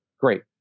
great